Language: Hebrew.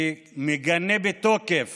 אני מגנה בתוקף